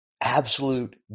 absolute